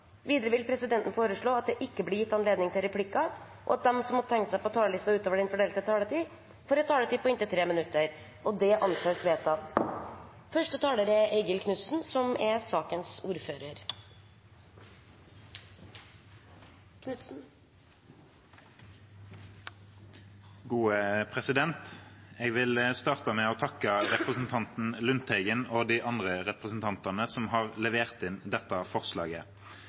Videre vil presidenten foreslå at det ikke blir gitt anledning til replikker, og at de som måtte tegne seg på talerlisten utover den fordelte taletid, får en taletid på inntil 3 minutter. – Det anses vedtatt. Jeg vil starte med å takke representanten Lundteigen og de andre representantene som har levert inn dette forslaget.